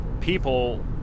people